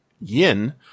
yin